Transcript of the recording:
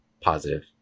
positive